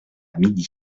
midi